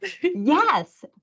Yes